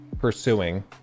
pursuing